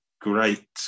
great